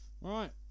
Right